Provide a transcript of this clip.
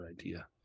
idea